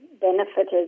benefited